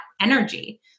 energy